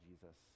Jesus